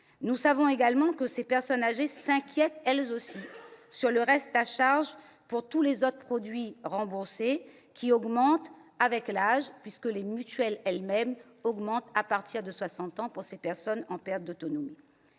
Nous savons également que les personnes âgées s'inquiètent aussi du reste à charge sur tous les autres produits remboursés, qui augmente avec l'âge, puisque le coût des mutuelles augmente à partir de 60 ans pour les personnes en perte d'autonomie.